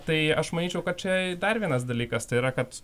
tai aš manyčiau kad čia dar vienas dalykas tai yra kad